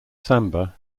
samba